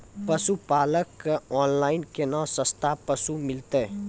पशुपालक कऽ ऑनलाइन केना सस्ता पसु मिलतै?